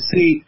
See